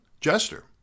Jester